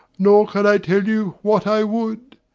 nor can i tell you what i would.